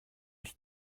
its